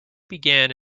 began